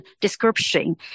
description